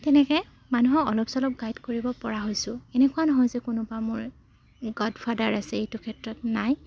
তেনেকৈ মানুহক অলপ চলপ গাইড কৰিব পৰা হৈছোঁ এনেকুৱা নহয় যে কোনোবা মোৰ গডফাডাৰ আছে এইটো ক্ষেত্ৰত নাই